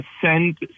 send